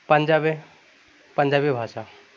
পাঞ্জাবে পাঞ্জাবী ভাষা